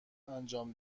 انجام